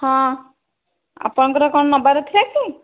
ହଁ ଆପଣଙ୍କର କଣ ନେବାର ଥିଲା କି